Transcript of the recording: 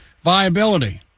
viability